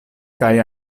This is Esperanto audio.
kaj